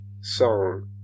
Song